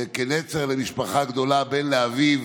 כנצר למשפחה גדולה, בן לאביו.